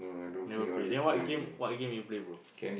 never play then what game what game you play bro